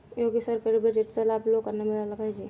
योग्य सरकारी बजेटचा लाभ लोकांना मिळाला पाहिजे